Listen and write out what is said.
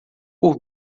por